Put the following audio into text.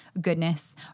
goodness